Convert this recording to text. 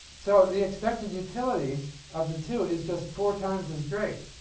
so the expected utility of the two is just four times as great,